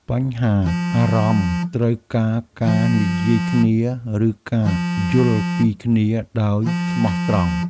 បញ្ហាអារម្មណ៍ត្រូវការការនិយាយគ្នា ឬការយល់ពីគ្នាដោយស្មោះត្រង់។